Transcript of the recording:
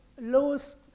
lowest